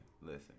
listen